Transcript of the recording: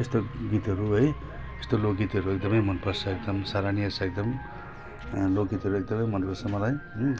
यस्तो गीतहरू है यस्तो लोकगीतहरू एकदमै मन पर्छ एकदम सराहनीय छ एकदम लोकगीतहरू एकदम मन पर्छ मलाई